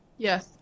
Yes